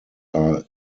are